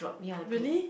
really